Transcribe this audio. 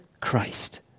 Christ